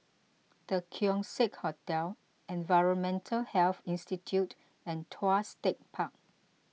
the Keong Saik Hotel Environmental Health Institute and Tuas Tech Park